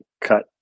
cut